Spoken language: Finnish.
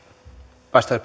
arvoisa